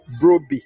Broby